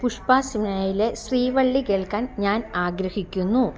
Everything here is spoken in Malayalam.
പുഷ്പ സിനിമയിലെ ശ്രീവള്ളി കേൾക്കാൻ ഞാൻ ആഗ്രഹിക്കുന്നു